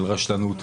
של רשלנות.